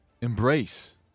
embrace